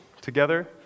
together